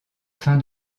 fin